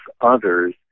others